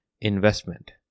Investment